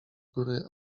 góry